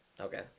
Okay